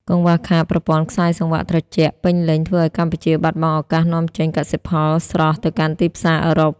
កង្វះខាត "ប្រព័ន្ធខ្សែសង្វាក់ត្រជាក់" ពេញលេញ ធ្វើឱ្យកម្ពុជាបាត់បង់ឱកាសនាំចេញកសិផលស្រស់ទៅកាន់ទីផ្សារអឺរ៉ុប។